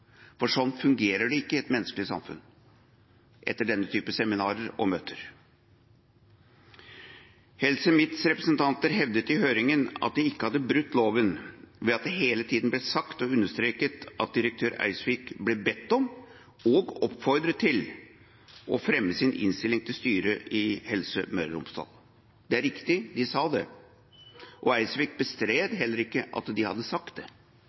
for sånn fungerer det ikke i et menneskelig samfunn, etter denne typen seminarer og møter. Helse Midts representanter hevdet i høringen at de ikke hadde brutt loven, ved at det hele tida ble sagt og understreket at direktør Eidsvik ble bedt om og oppfordret til å fremme sin innstilling til styret i Helse Møre og Romsdal. Det er riktig, de sa det, og Eidsvik bestred heller ikke at de hadde sagt det,